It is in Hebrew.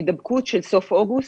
הידבקות של סוף אוגוסט.